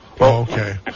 okay